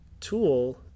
tool